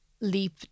leap